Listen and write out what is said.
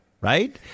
Right